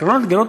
בהקרנות רגילות,